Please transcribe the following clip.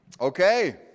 Okay